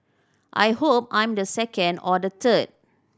I hope I'm the second or the third